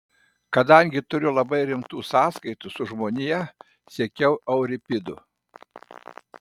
kadangi turiu labai rimtų sąskaitų su žmonija sekiau euripidu